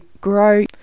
grow